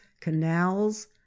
canals